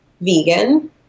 vegan